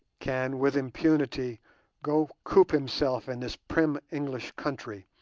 can with impunity go coop himself in this prim english country,